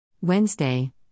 Wednesday